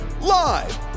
live